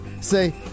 say